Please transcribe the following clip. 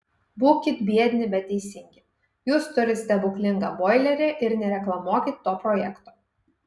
būkit biedni bet teisingi jūs turit stebuklingą boilerį ir nereklamuokit to projekto